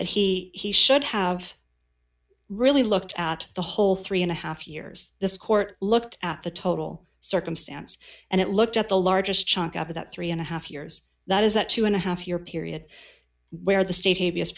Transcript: that he he should have really looked at the whole three and a half years this court looked at the total circumstance and it looked at the largest chunk of that three and a half years that is that two and a half year period where the sta